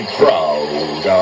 proud